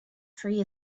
free